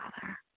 Father